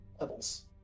Levels